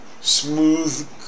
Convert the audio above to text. smooth